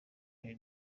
hari